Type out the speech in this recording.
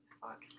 fuck